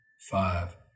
five